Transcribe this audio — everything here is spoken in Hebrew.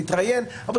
להתראיין וכולי,